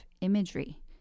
imagery